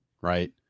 Right